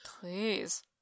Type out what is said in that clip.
Please